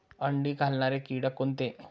अंडी घालणारे किटक कोणते?